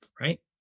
right